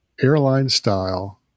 airline-style